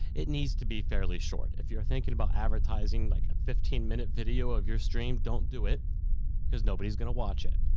it needs to be fairly short. if you're thinking about advertising like a fifteen minute video of your stream, don't do it cause nobody's gonna watch it.